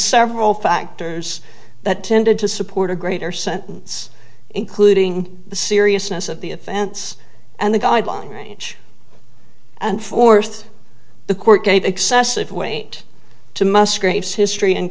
several factors that tended to support a greater sentence including the seriousness of the offense and the guideline range and forth the court gave excessive weight to musgraves history and